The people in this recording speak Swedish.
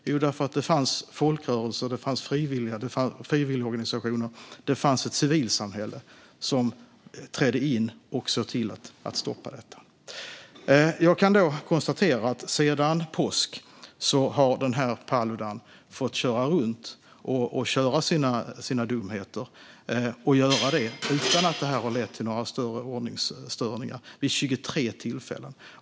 Jo, därför att det fanns folkrörelser, frivilligorganisationer och ett civilsamhälle som trädde in och såg till att stoppa detta. Jag kan konstatera att sedan påsk har den här Paludan fått köra runt och göra sina dumheter utan att det har lett till några större ordningsstörningar - vid 23 tillfällen.